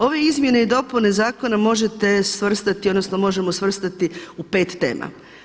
Ove izmjene i dopune zakona možete svrstati, odnosno možemo svrstati u pet tema.